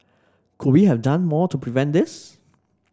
could we have done more to prevent this